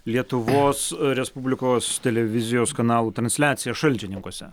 lietuvos respublikos televizijos kanalų transliaciją šalčininkuose